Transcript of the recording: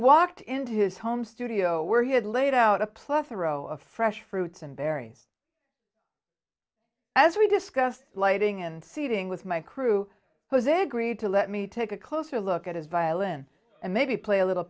walked into his home studio where he had laid out a plethora of fresh fruits and berries as we discussed lighting and seating with my crew jose agreed to let me take a closer look at his violin and maybe play a little